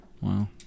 Wow